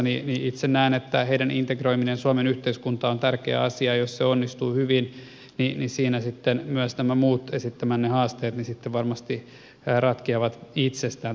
itse näen että heidän integroiminen suomen yhteiskuntaan on tärkeä asia ja jos se onnistuu hyvin niin siinä sitten myös nämä muut esittämänne potentiaaliset haasteet varmasti ratkeavat itsestään